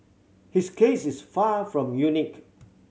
his case is far from unique